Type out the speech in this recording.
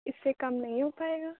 اِس سے کم نہیں ہو پائے گا